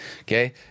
okay